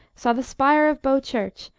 saw the spire of bow church,